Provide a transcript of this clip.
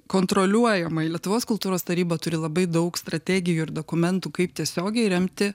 kontroliuojamai lietuvos kultūros taryba turi labai daug strategijų ir dokumentų kaip tiesiogiai remti